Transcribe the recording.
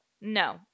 no